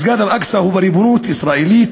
מסגד אל-אקצא הוא בריבונות ישראלית,